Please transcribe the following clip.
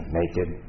naked